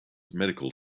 medical